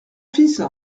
fils